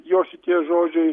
jo šitie žodžiai